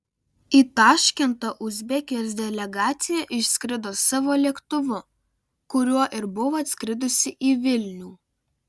į taškentą uzbekijos delegacija išskrido savo lėktuvu kuriuo ir buvo atskridusi į vilnių